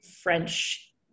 French